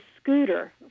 scooter